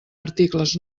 articles